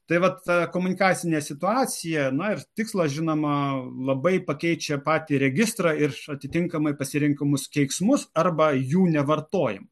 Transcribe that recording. tai va ta komunikacinė situacija na ir tikslas žinoma labai pakeičia patį registrą ir atitinkamai pasirenkamus keiksmus arba jų nevartojimą